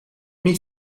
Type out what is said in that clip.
niet